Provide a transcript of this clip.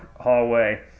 hallway